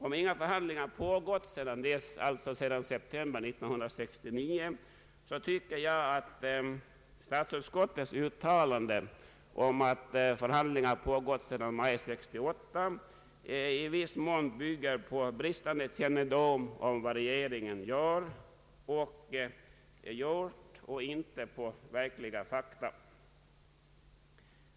Om inga förhandlingar har pågått sedan dess, alltså sedan september 1969, tycker jag att statsutskottets uttalande att förhandlingar har pågått sedan maj 1968 i viss mån bygger på bristande kännedom om vad regeringen gör och inte på verkliga fakta.